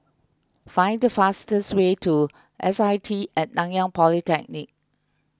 find the fastest way to S I T at Nanyang Polytechnic